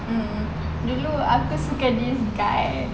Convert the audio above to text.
hmm dulu aku suka this guy